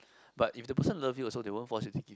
but if the person love you also they won't force you to give in